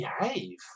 behave